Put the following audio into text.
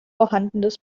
vorhandenes